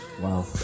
Wow